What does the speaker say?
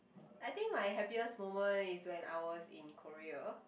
I think my happiest moment is when I was in Korea